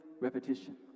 Repetition